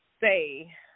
say